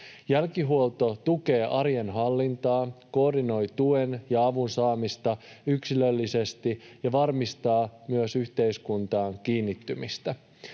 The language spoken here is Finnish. Jälkihuolto tukee arjen hallintaa, koordinoi tuen ja avun saamista yksilöllisesti ja varmistaa myös yhteiskuntaan kiinnittymistä.